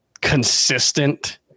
consistent